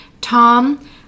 Tom